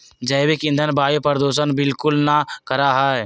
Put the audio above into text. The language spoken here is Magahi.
जैविक ईंधन वायु प्रदूषण बिलकुल ना करा हई